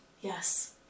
Yes